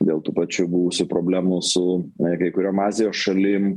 dėl tų pačių buvusių problemų su kai kuriom azijos šalim